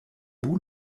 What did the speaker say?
bout